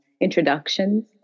introductions